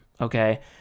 okay